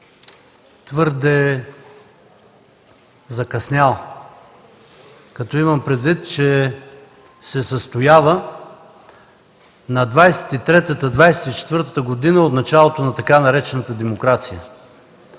твърде закъснял, като имам предвид, че се състои на 23-тата – 24-тата година от началото на така наречената демокрация.